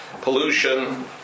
pollution